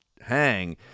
hang